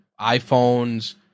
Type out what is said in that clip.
iPhones